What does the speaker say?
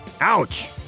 Ouch